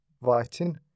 writing